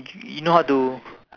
you know how to